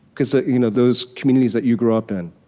because ah you know those communities that you grew up in,